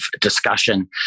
discussion